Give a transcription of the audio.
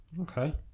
Okay